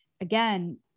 again